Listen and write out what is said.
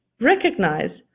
Recognize